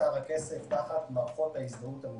הר הכסף תחת מערכות ההזדהות הממשלתית.